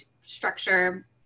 structure